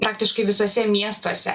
praktiškai visuose miestuose